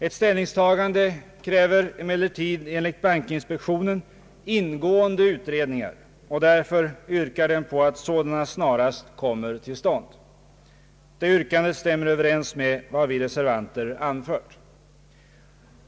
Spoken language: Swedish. Ett ställningstagande kräver emellertid, enligt bankinspektionen, ingående utredningar och därför yrkar den på att sådana snarast kommer till stånd. Det yrkandet stämmer överens med vad vi reservanter anfört.